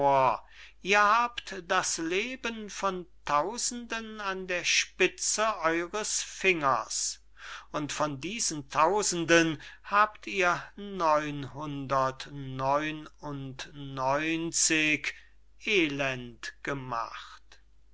ihr habt das leben von tausenden an der spitze eures fingers und von diesen tausenden habt ihr neunhundert neun und neunzig elend gemacht